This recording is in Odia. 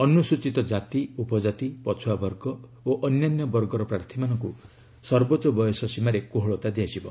ଅନୁସୂଚୀତ କାତି ଉପଜାତି ପଛୁଆବର୍ଗ ଓ ଅନ୍ୟାନ୍ୟ ବର୍ଗର ପ୍ରାର୍ଥୀମାନଙ୍କୁ ସର୍ବୋଚ୍ଚ ବୟସସୀମାରେ କୋହଳତା ଦିଆଯିବ